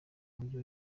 mujyi